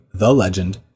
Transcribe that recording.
THELEGEND